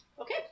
Okay